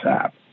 app